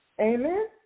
Amen